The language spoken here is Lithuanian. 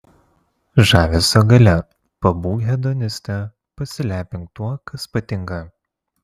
žavesio galia pabūk hedoniste pasilepink tuo kas patinka